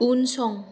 उनसं